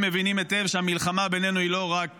מבינים היטב שהמלחמה בינינו היא לא רק